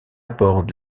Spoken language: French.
borde